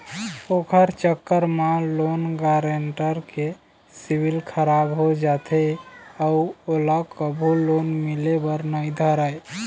ओखर चक्कर म लोन गारेंटर के सिविल खराब हो जाथे अउ ओला कभू लोन मिले बर नइ धरय